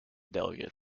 delegate